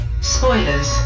Spoilers